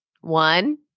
one